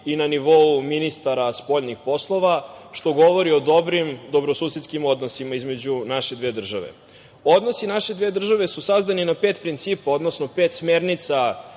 i na nivou ministara spoljnih poslova, što govori o dobrim dobrosusedskim odnosima između naše dve države. Odnosi naše dve države su sazdani na pet principa, odnosno pet smernica